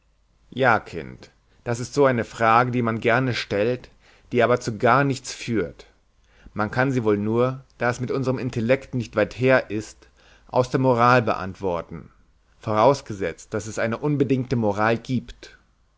ja kind das ist so eine frage die man gerne stellt die aber zu garnichts führt man kann sie wohl nur da es mit unserem intellekt nicht weit her ist aus der moral beantworten vorausgesetzt daß es eine unbedingte moral gibt